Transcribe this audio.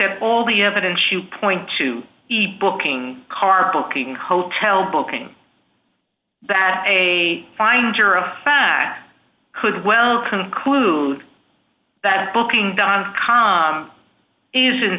at all the evidence you point to booking car booking hotel booking that a finder of fact could well conclude that booking dot com is in